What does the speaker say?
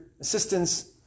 assistance